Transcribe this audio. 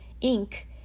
ink